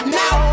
now